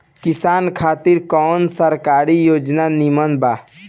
किसान खातिर कवन सरकारी योजना नीमन बा?